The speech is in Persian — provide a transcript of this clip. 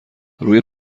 روی